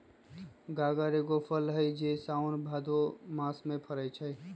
गागर एगो फल हइ जे साओन भादो मास में फरै छै